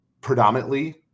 predominantly